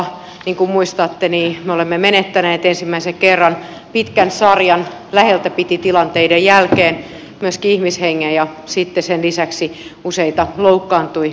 niin kuin muistatte me olemme menettäneet ensimmäisen kerran pitkän sarjan läheltä piti tilanteita jälkeen myöskin ihmishengen ja sen lisäksi useita loukkaantui